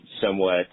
somewhat